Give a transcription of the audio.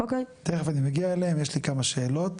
יש לי כמה שאלות.